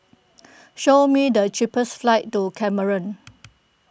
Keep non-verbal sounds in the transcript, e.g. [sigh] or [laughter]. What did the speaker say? [noise] show me the cheapest flights to Cameroon [noise]